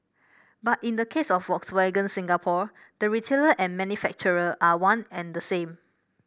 but in the case of Volkswagen Singapore the retailer and manufacturer are one and the same